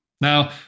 Now